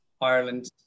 ireland